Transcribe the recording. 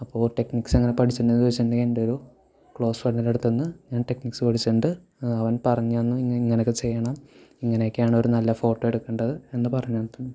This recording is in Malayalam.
അപ്പോ ടെക്നിക്സ് എങ്ങനെ പഠിച്ച്ണ്ട് എന്ന് ചോദിച്ചിട്ടുണ്ടെങ്കിൽ എൻ്റെ ഒരു ക്ലോസ് ഫ്രണ്ടിൻ്റെ അടുത്തുനിന്ന് ഞാൻ ടെക്നിക്സ് പഠിച്ചിട്ടുണ്ട് അവൻ പറഞ്ഞ് തന്ന് ഇങ്ങനെയൊക്കെ ചെയ്യണം ഇങ്ങനെയൊക്കെയാണ് ഒരു നല്ല ഫോട്ടോ എടുക്കേണ്ടത് എന്ന് പറഞ്ഞ് തന്നിട്ടുണ്ട്